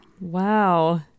wow